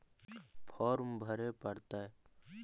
Farm भरे परतय?